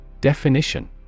Definition